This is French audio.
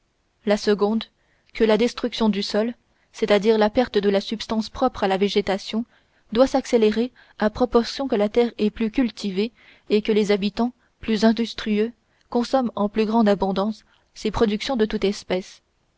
la seconde que la destruction du sol c'est-à-dire la perte de la substance propre à la végétation doit s'accélérer à proportion que la terre est plus cultivée et que les habitants plus industrieux consomment en plus grande abondance ses productions de toute espèce